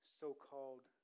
so-called